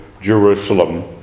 Jerusalem